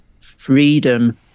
freedom